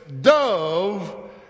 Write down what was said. dove